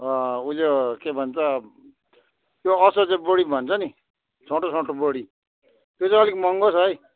उयो के भन्छ त्यो असोजे बोडी भन्छ नि छोटो छोटो बोडी त्यो चाहिँ अलिक महँगो छ है